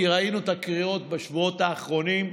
כי ראינו את הקריאות בשבועת האחרונים,